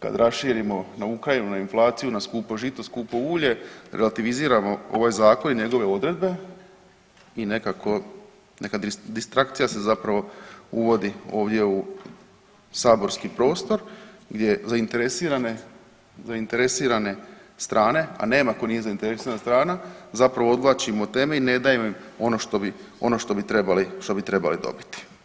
kad raširimo na Ukrajinu, na inflaciju, na skupo žito, skupo ulje, relativiziramo ovaj zakon i njegove odredbe i nekako, neka distrakcija se zapravo uvodi ovdje u saborski prostor gdje zainteresirane, zainteresirane strane, a nema tko nije zainteresirana strana zapravo odvlačimo od teme i ne daje im ono što, ono što bi trebali dobiti.